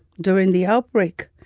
doing the outbreak,